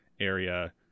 area